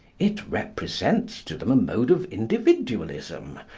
it represents to them a mode of individualism,